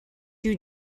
you